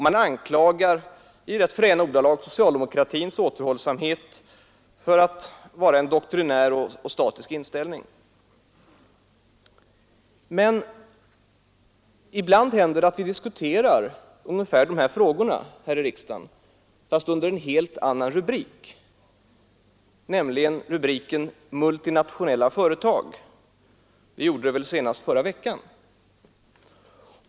Man anklagar i ganska fräna ordalag socialdemokratin för återhållsamhet och för att den skulle ha en doktrinär och statisk inställning. Dessa frågor diskuteras emellertid ibland här i riksdagen fast under en helt annan rubrik, nämligen rubriken multinationella företag. Vi gjorde det senast förra veckan.